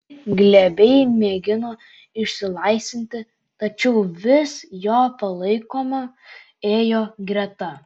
ji glebiai mėgino išsilaisvinti tačiau vis jo palaikoma ėjo greta